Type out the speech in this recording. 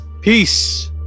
Peace